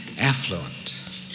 affluent